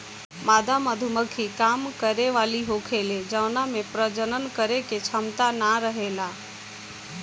मादा मधुमक्खी काम करे वाली होखेले जवना में प्रजनन करे के क्षमता ना रहेला